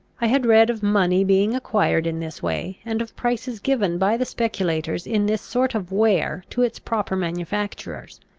i had read of money being acquired in this way, and of prices given by the speculators in this sort of ware to its proper manufacturers.